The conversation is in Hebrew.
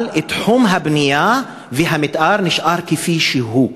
אבל תחום הבנייה והמתאר נשאר כפי שהוא,